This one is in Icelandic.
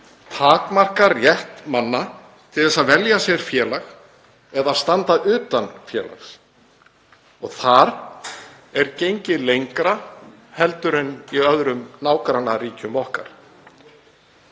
takmarkar rétt manna til þess að velja sér félag eða standa utan félags og þar er gengið lengra en í öðrum nágrannaríkjum okkar.